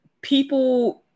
people